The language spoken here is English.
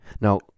Now